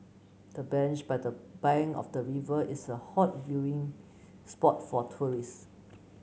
the bench by the bank of the river is a hot viewing spot for tourist